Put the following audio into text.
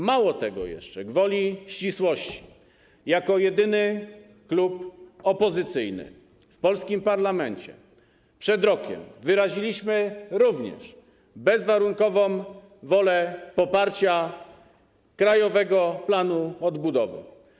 Mało tego jeszcze, gwoli ścisłości, jako jedyny klub opozycyjny w polskim parlamencie przed rokiem wyraziliśmy również bezwarunkową wolę poparcia Krajowego Planu Odbudowy.